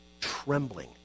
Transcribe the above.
trembling